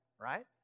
right